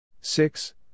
six